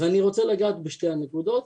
אז אני רוצה לגעת בשתי הנקודות.